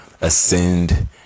ascend